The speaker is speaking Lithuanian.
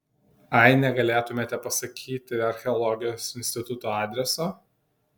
ai negalėtumėte pasakyti archeologijos instituto adreso